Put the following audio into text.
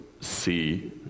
see